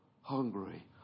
hungry